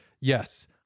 yes